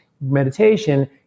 meditation